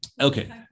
Okay